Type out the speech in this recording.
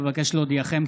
אבקש להודיעכם,